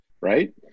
right